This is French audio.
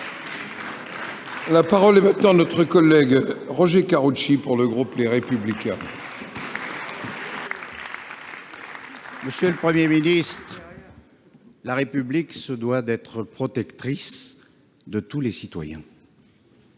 La parole est à M. Roger Karoutchi, pour le groupe Les Républicains. Monsieur le Premier ministre, la République se doit d'être protectrice de tous les citoyens.